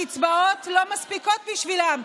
הקצבאות לא מספיקות בשבילם,